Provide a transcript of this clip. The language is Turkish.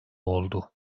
oldu